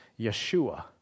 Yeshua